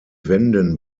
wänden